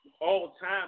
all-time